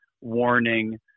warning